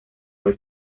muy